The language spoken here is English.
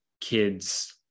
kids